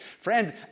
friend